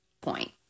Point